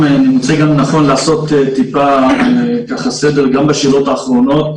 אני מוצא גם לנכון לעשות טיפה ככה סדר גם בשאלות האחרונות